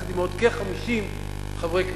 יחד עם עוד כ-50 חברי כנסת,